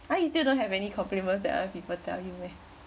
why you still don't have any compliments that other people tell you meh